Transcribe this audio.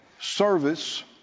service